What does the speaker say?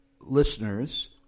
listeners